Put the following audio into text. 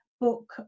book